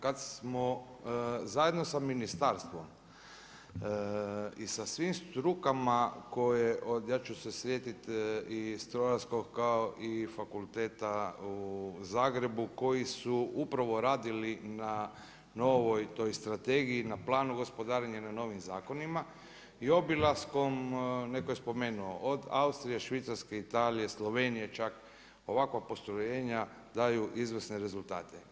Kada smo zajedno sa ministarstvom i sa svim strukama, ja ću se sjetiti i Strojarskog fakulteta u Zagrebu koji su upravo radili na novoj toj strategiji i na planu gospodarenja i na novim zakonima i obilaskom, neko je spomenuo, od Austrije, Švicarske, Italije, Slovenije čak ovakva postrojenja daju izvrsne rezultate.